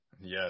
Yes